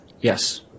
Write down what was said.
Yes